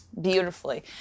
beautifully